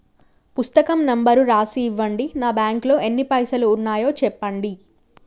పుస్తకం నెంబరు రాసి ఇవ్వండి? నా బ్యాంకు లో ఎన్ని పైసలు ఉన్నాయో చెప్పండి?